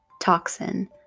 toxin